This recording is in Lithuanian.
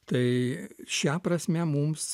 tai šia prasme mums